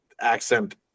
accent